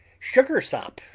sugarsop,